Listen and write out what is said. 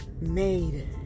made